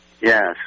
Yes